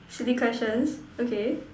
silly questions okay